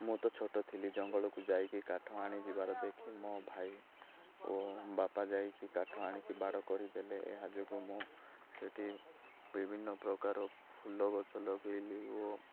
ମୁଁ ତ ଛୋଟ ଥିଲି ଜଙ୍ଗଲକୁ ଯାଇକି କାଠ ଆଣିବାର ଦେଖି ମୋ ଭାଇ ଓ ବାପା ଯାଇକି କାଠ ଆଣିକି ବାଡ଼ କରିଦେଲେ ଏହା ଯୋଗୁଁ ମୁଁ ସେଇଠି ବିଭିନ୍ନ ପ୍ରକାର ଫୁଲ ଗଛ ଲଗେଇଲି ଓ